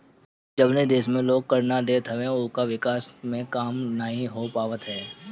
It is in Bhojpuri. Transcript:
जवनी देस में लोग कर ना देत हवे उहवा विकास के काम नाइ हो पावत हअ